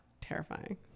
terrifying